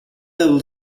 level